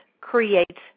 creates